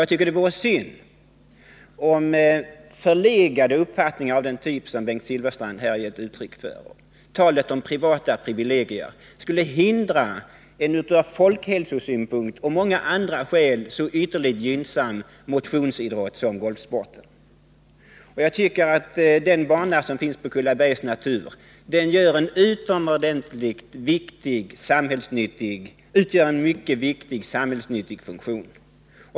Jag tycker det vore synd om förlegade uppfattningar av den typ som Bengt Silfverstrand här har gett uttryck för — talet om privata privilegier — skulle hindra en ur folkhälsosynpunkt och ur andra synpunkter så ytterligt gynnsam motionsidrott som golfsporten. Jag tycker att den bana som finns på Kullabergs naturområde fyller en utomordentligt viktig och samhällsnyttig funktion.